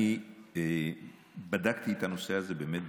אני בדקתי את הנושא הזה בקפדנות.